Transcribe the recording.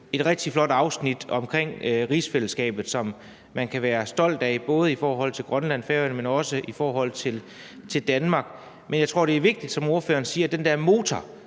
et rigtig godt afsnit om rigsfællesskabet, som man kan være stolt af, både i forhold til Grønland og Færøerne, men også i forhold til Danmark. Men jeg tror, det er vigtigt, som ordføreren siger, at den der motor